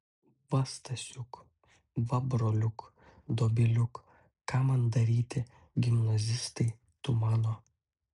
va stasiuk va broliuk dobiliuk ką man daryti gimnazistai tu mano